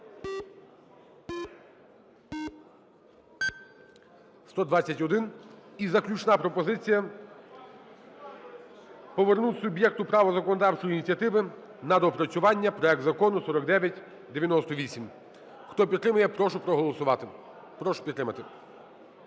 За-121 І заключна пропозиція: повернути суб'єкту права законодавчої ініціативи на доопрацювання проект Закону 4998. Хто підтримує, я прошу проголосувати, прошу підтримати.